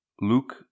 Luke